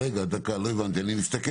אני מסתכל